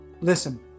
Listen